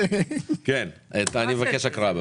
אני מבקש הקראה,